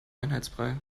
einheitsbrei